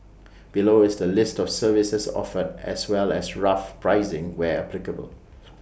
below is the list of services offered as well as rough pricing where applicable